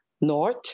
north